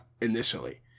initially